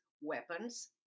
weapons